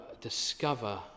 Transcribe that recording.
discover